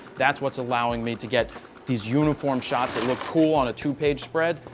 that's what's allowing me to get these uniform shots that look cool on a two page spread.